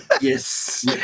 Yes